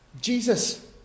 Jesus